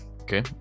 okay